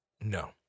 No